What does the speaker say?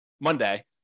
monday